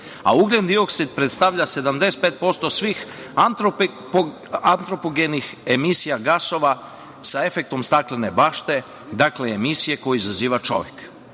a ugljendioksid predstavlja 75% svih antropogenih emisija gasova sa efektom staklene bašte, dakle, emisije koje izaziva